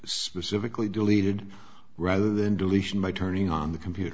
specifically deleted rather than deletion by turning on the computer